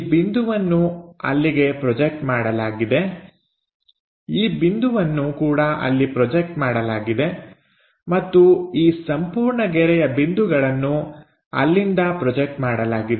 ಈ ಬಿಂದುವನ್ನು ಅಲ್ಲಿಗೆ ಪ್ರೊಜೆಕ್ಟ್ ಮಾಡಲಾಗಿದೆ ಈ ಬಿಂದುವನ್ನು ಕೂಡ ಅಲ್ಲಿಗೆ ಪ್ರೊಜೆಕ್ಟ್ ಮಾಡಲಾಗಿದೆ ಮತ್ತು ಈ ಸಂಪೂರ್ಣ ಗೆರೆಯ ಬಿಂದುಗಳನ್ನು ಅಲ್ಲಿಂದ ಪ್ರೊಜೆಕ್ಟ್ ಮಾಡಲಾಗಿದೆ